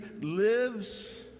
lives